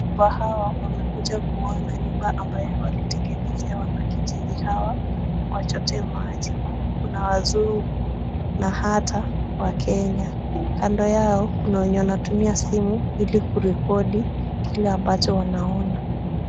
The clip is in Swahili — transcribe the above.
Wakubwa hawa wamekuja kuona nyumba ambayo walitengenezea wanakijiji hawa wachotee maji. Kuna wazungu na hata wakenya. Kando yao kuna wenye wanatumia simu ili kurekodi kile ambacho wanaona.